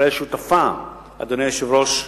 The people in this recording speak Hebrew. ישראל שותפה, אדוני היושב-ראש,